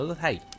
hey